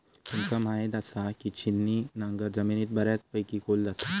तुमका म्हायत आसा, की छिन्नी नांगर जमिनीत बऱ्यापैकी खोल जाता